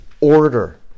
order